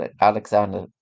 Alexander